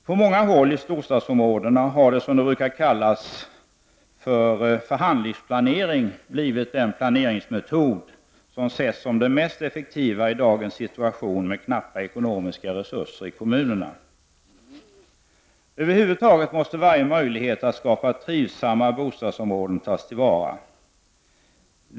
På många håll i storstadsområdena har det som brukar kallas för förhandlingsplanering blivit den planeringsmetod som ses som den mest effektiva i dagens situation med knappa ekonomiska resurser i kommunerna. Över huvud taget måste varje möjlighet att skapa trivsamma bostadsområden tas till vara.